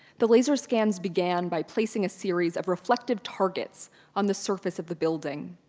the laser scans began by placing a series of reflective targets on the surface of the building.